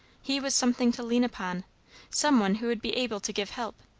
he was something to lean upon some one who would be able to give help.